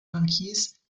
bankiers